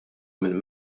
minn